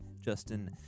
justin